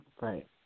Right